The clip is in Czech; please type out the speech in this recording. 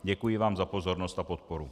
Děkuji vám za pozornost a podporu.